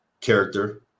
character